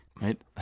right